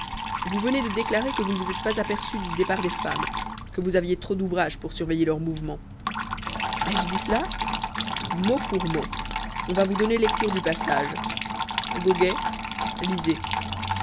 vous venez de déclarer que vous ne vous êtes pas aperçu du départ des femmes que vous aviez trop d'ouvrage pour surveiller leurs mouvements ai-je dit cela mot pour mot on va vous donner lecture du passage goguet lisez